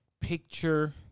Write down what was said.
picture